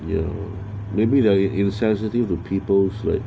ya maybe there he was sensitive to people's life